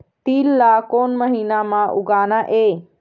तील ला कोन महीना म उगाना ये?